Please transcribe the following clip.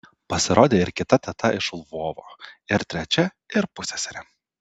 pasirodė ir kita teta iš lvovo ir trečia ir pusseserė